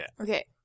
Okay